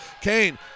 Kane